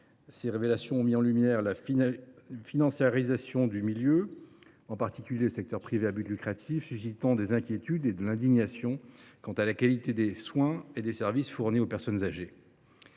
Ces révélations ont mis en lumière la financiarisation du milieu consécutive à l’arrivée du secteur privé à but lucratif, suscitant inquiétudes et indignation quant à la qualité des soins et des services fournis aux personnes âgées.